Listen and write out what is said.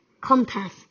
compass